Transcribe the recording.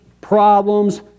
problems